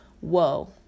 Whoa